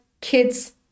kids